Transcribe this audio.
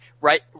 Right